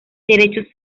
derechos